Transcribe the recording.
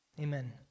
Amen